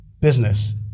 business